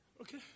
Okay